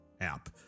app